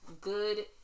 good